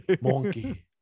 Monkey